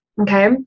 okay